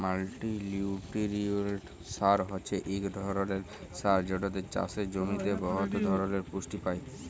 মাল্টিলিউটিরিয়েল্ট সার হছে ইক ধরলের সার যেটতে চাষের জমিতে বহুত ধরলের পুষ্টি পায়